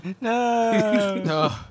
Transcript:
No